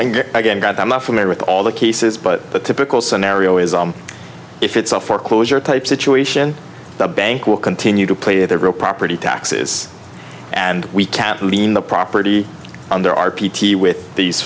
again god i'm not familiar with all the cases but the typical scenario is and if it's a foreclosure type situation the bank will continue to play their real property taxes and we can't be in the property under our p t with these